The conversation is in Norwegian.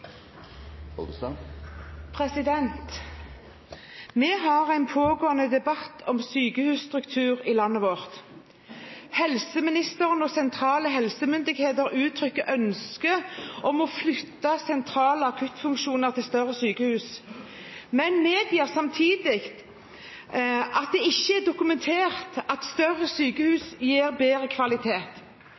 Vi går videre til neste hovedspørsmål. Vi har en pågående debatt om sykehusstruktur i landet vårt. Helseministeren og sentrale helsemyndigheter uttrykker ønske om å flytte sentrale akuttfunksjoner til større sykehus, men medgir samtidig at det ikke er dokumentert at større sykehus gir bedre kvalitet.